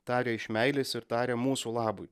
tarė iš meilės ir tarė mūsų labui